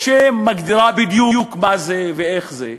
שמגדירה בדיוק מה זה ואיך זה,